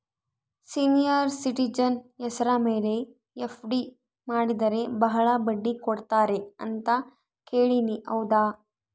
Senior citizen ಹೆಸರ ಮೇಲೆ FD ಮಾಡಿದರೆ ಬಹಳ ಬಡ್ಡಿ ಕೊಡ್ತಾರೆ ಅಂತಾ ಕೇಳಿನಿ ಹೌದಾ?